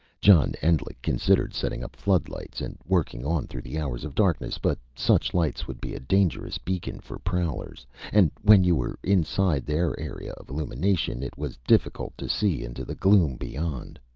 john endlich considered setting up floodlights, and working on through the hours of darkness. but such lights would be a dangerous beacon for prowlers and when you were inside their area of illumination, it was difficult to see into the gloom beyond.